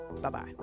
bye-bye